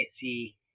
see